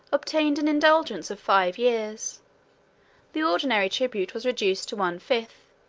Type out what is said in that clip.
obtained an indulgence of five years the ordinary tribute was reduced to one fifth,